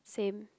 same